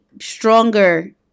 stronger